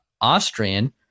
Austrian